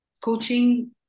coaching